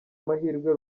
mahirwe